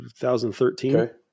2013